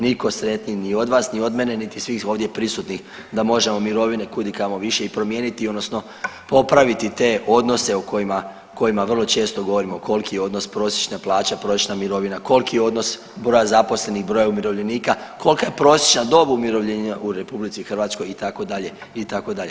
Nitko sretniji ni od vas ni od mene niti svih ovdje prisutnih da možemo mirovine kudikamo više i promijeniti odnosno popraviti te odnose o kojima vrlo često govorimo, koliki je odnos prosječne plaće, prosječna mirovina, koliki je odnos broja zaposlenih, broja umirovljenika, kolika je prosječna umirovljenja u RH, itd., itd.